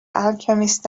alchemist